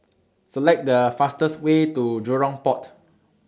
Select The fastest Way to Jurong Port